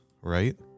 right